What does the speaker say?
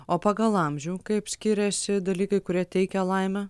o pagal amžių kaip skiriasi dalykai kurie teikia laimę